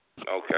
Okay